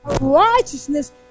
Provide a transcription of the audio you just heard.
Righteousness